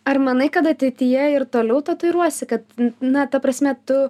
ar manai kad ateityje ir toliau tatuiruosi kad na ta prasme tu